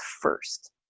first